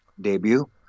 debut